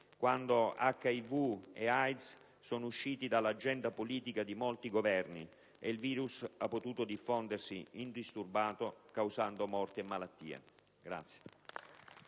quando HIV e AIDS sono usciti dall'agenda politica di molti Governi e il virus ha potuto diffondersi indisturbato, causando morti e malattie.